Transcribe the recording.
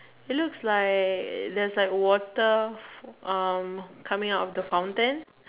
it looks like there is like water um coming out of the fountain